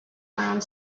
around